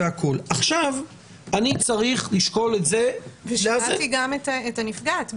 עכשיו אני צריך לשקול את זה --- שמעתי גם את הנפגעת,